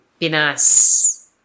Pinas